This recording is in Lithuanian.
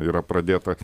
yra pradėta